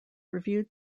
reviewed